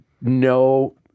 no